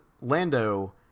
Lando